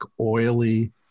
oily